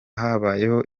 habayeho